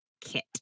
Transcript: kit